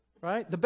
right